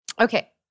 Okay